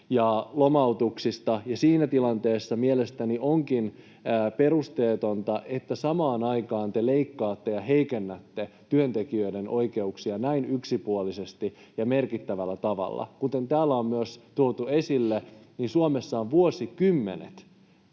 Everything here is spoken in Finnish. ja lomautuksista, ja siinä tilanteessa mielestäni onkin perusteetonta, että samaan aikaan te leikkaatte ja heikennätte työntekijöiden oikeuksia näin yksipuolisesti ja merkittävällä tavalla. Kuten täällä on myös tuotu esille, Suomessa on vuosikymmenet